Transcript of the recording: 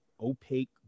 opaque